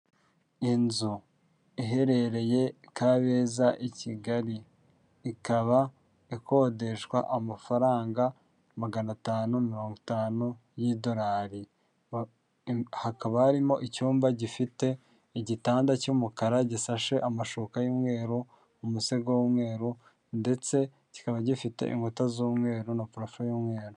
Inzu iherereye Kabeza i Kigali ikaba ikodeshwa amafaranga magana atanu mirongo itanu y'idorari, hakaba harimo icyumba gifite igitanda cy'umukara gisashe amashuka y'umweru, umusego w'umweru, ndetse kikaba gifite inkuta z'umweru na purafo y'umweru.